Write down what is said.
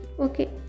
Okay